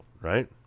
right